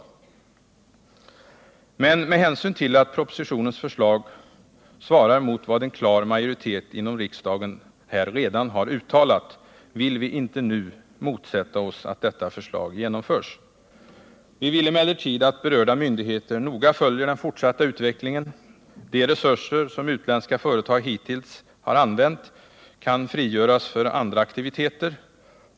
13 Men med hänsyn till att propositionens förslag svarar mot vad en klar majoritet inom riksdagen redan har uttalat, vill vi inte nu motsätta oss att detta förslag genomförs. Vi vill emellertid att berörda myndigheter noga följer den fortsatta utvecklingen. De resurser som utländska företag hittills har använt kan frigöras för andra aktiviteter.